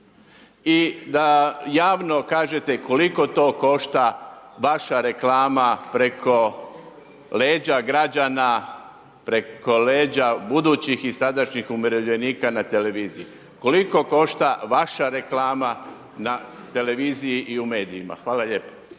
I da javno kažete koliko to košta, vaša reklama preko leđa građana, preko leđa budućih i sadašnjih umirovljenika na televiziji? Koliko košta vaša reklama na televiziji i u medijima? Hvala lijepo.